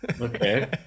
Okay